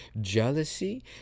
Jealousy